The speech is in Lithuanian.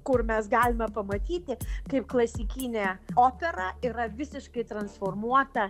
kur mes galime pamatyti kaip klasikinę operą yra visiškai transformuota